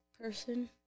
...person